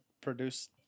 produce